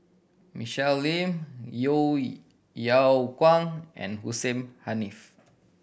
Michelle Lim Yeo Yeow Kwang and Hussein Haniff